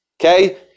Okay